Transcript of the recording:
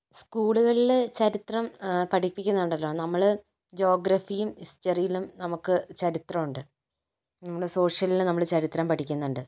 സ്കൂളുകളില് ചരിത്രം പഠിപ്പിക്കുന്നുണ്ടല്ലോ നമ്മള് ജോഗ്രഫിയും ഹിസ്റ്ററിയിലും നമുക്ക് ചരിത്രം ഉണ്ട് നമ്മള് സോഷ്യലിൽ നമ്മള് ചരിത്രം പഠിക്കുന്നുണ്ട്